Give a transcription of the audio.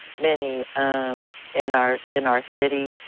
many um in our in our city.